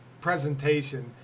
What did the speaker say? presentation